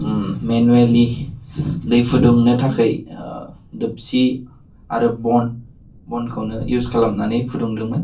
ओम मेनुवेलि दै फुदुंनो थाखाय ओह दोबसि आरो बन बनखौनो इउस खालामनानै फुदुंदोंमोन